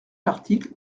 l’article